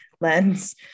lens